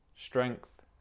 strength